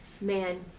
man